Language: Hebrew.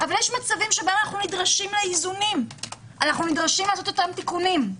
אבל יש מצבים שאנו נדרשים לאיזונים ולעשות אותם תיקונים.